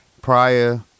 prior